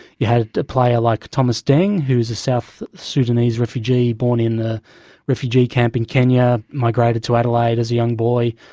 you had a player like thomas deng who is a south sudanese refugee, born in the refugee camp in kenya, migrated to adelaide as a young boy.